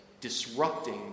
disrupting